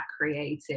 Creative